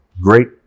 Great